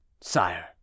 Sire